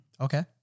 Okay